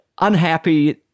unhappy